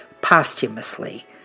posthumously